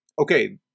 Okay